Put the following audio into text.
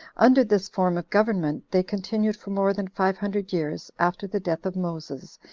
under this form of government they continued for more than five hundred years after the death of moses,